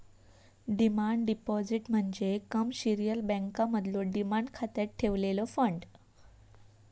demand deposit म्हणजे commercial बँकांमधलो demand खात्यात ठेवलेलो फंड